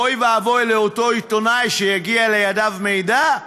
אוי ואבוי לאותו עיתונאי שיגיע לידיו מידע,